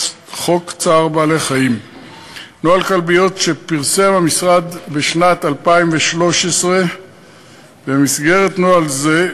חוק צער בעלי-חיים ונוהל כלביות שפרסם המשרד בשנת 2013. במסגרת נוהל זה,